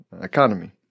economy